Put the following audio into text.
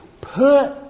put